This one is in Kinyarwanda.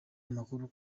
amakuru